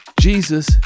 Jesus